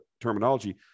terminology